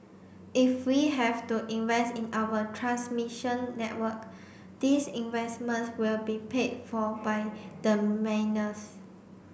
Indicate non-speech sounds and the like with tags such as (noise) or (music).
if we have to invest in our transmission network these investments will be paid for by the (unintelligible)